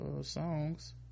songs